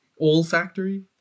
olfactory